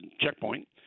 checkpoint